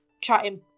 chatting